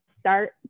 start